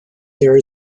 there